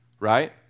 Right